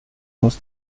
aus